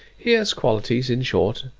he has qualities, in short,